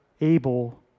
able